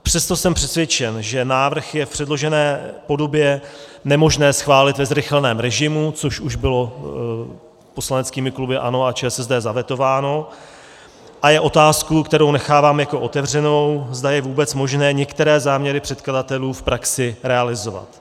Přesto jsem přesvědčen, že návrh je v předložené podobě nemožné schválit ve zrychleném režimu, což už bylo poslaneckými kluby ANO a ČSSD zavetováno, a je otázkou, kterou nechávám otevřenou, zda je vůbec možné některé záměry předkladatelů v praxi realizovat.